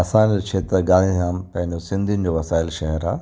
असांजो खेत्र गांधीधाम पंहिंजो सिंधियुनि जो वसायल शहरु आहे